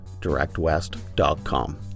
DirectWest.com